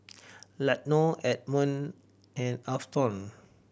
Latonya Edmond and Afton